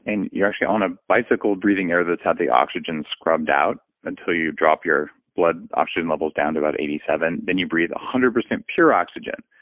and you're actually on a bicycle breathing air that's had the oxygen scrubbed out until you drop your blood oxygen levels down to about eighty seven, then you breathe one hundred percent pure oxygen.